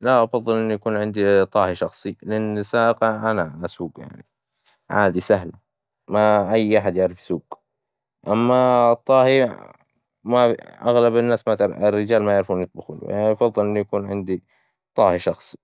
لا، أفظل ان يكون عندي طاهي شخصي، لأن سائق أنا اسوق يعني عادي سهلة، ما أي احد يعرف يسوق، أما الطاهي يعني ماي- أغلب الناس ما تعر- الرجال ما يعرفون يطبخون، يفظل إنه يكون عندي طاهي شخصي،